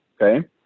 Okay